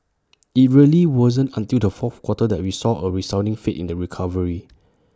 IT really wasn't until the fourth quarter that we saw A resounding faith in the recovery